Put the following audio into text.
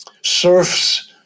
Serfs